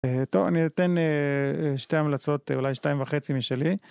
טוב, אני אתן שתי המלצות, אולי שתיים וחצי משלי.